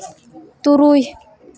ᱛᱩᱨᱩᱭ